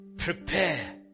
Prepare